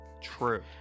True